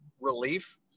relief